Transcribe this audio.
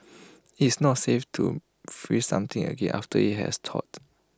IT is not safe to freeze something again after IT has thawed